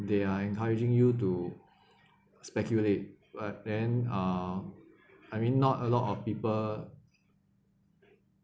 they are encouraging you to speculate but then uh I mean not a lot of people